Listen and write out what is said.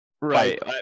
Right